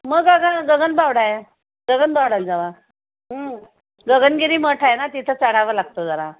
मग गग गगनबावडा आहे गगनबावड्याला जावा गगनगिरी मठ आहे ना तिथं चढावं लागतं जरा